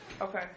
Okay